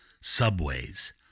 subways